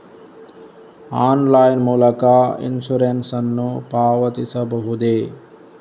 Online ಮೂಲಕ insurance ನ್ನು ಪಾವತಿಸಬಹುದೇ?